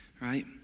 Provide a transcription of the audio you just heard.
right